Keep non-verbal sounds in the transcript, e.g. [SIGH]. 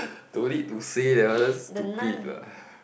[BREATH] don't need to say that one is stupid lah